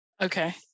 Okay